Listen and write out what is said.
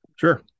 sure